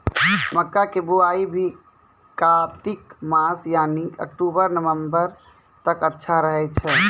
मक्का के बुआई भी कातिक मास यानी अक्टूबर नवंबर तक अच्छा रहय छै